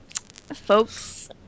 folks